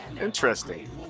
Interesting